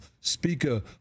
speaker